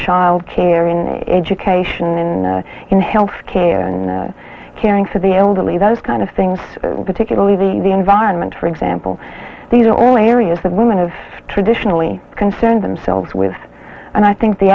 childcare in education and in health care and caring for the elderly those kind of things particularly the the environment for example these are only areas that women have traditionally concern themselves with and i think the